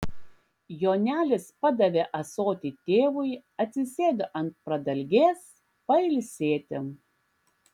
jonelis padavė ąsotį tėvui atsisėdo ant pradalgės pailsėti